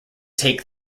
take